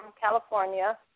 California